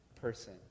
person